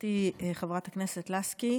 וחברתי חברת הכנסת לסקי,